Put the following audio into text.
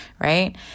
Right